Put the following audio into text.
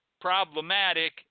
problematic